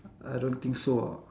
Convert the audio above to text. I don't think so ah